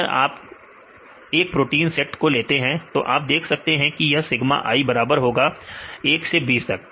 अगर आप एक प्रोटीन सेट को लेते हैं तो आप देख सकते हैं कि यह सिग्मा i बराबर होगा 1 से 20 तक